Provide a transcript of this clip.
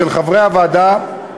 של חברי הוועדה,